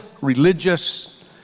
religious